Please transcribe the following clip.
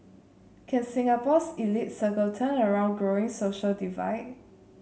can Singapore's elite circle turn around growing social divide